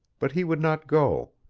but he would not go.